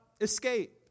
escape